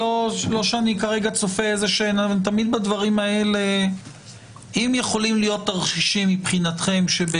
האם מבחינתכם יכולים להיות תרחישים שיש